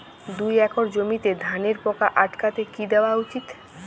দুই একর জমিতে ধানের পোকা আটকাতে কি দেওয়া উচিৎ?